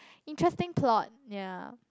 interesting plot ya